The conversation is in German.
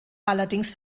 allerdings